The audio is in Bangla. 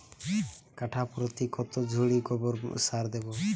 কাঠাপ্রতি কত ঝুড়ি গোবর সার দেবো?